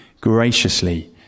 graciously